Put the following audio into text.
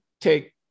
take